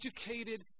educated